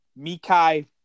Mikai